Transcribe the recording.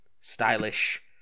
Stylish